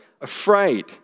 afraid